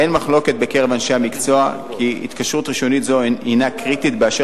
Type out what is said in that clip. אין מחלוקת בקרב אנשי המקצוע כי התקשרות ראשונית זו הינה קריטית באשר